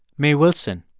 mae wilson,